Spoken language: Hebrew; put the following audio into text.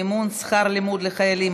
מימון שכר לימוד לחיילים),